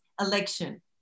election